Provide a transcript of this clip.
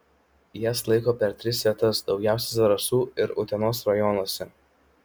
jas laiko per tris vietas daugiausiai zarasų ir utenos rajonuose